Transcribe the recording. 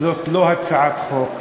זאת לא הצעת חוק,